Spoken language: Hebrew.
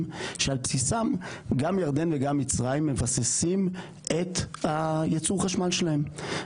שעל בסיסם גם ירדן וגם מצרים מבססים את ייצור החשמל שלהם.